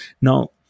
Now